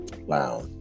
Wow